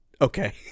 Okay